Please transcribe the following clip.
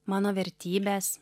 mano vertybės